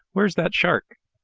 where's that shark?